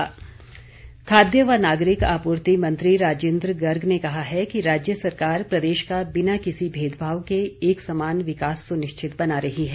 राजिन्द्र गर्ग खाद्य व नागरिक आपूर्ति मंत्री राजिन्द्र गर्ग ने कहा है कि राज्य सरकार प्रदेश का बिना किसी भेदभाव के एक समान विकास सुनिश्चित बना रही है